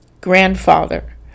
grandfather